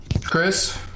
Chris